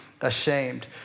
ashamed